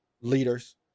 leaders